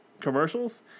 commercials